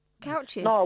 Couches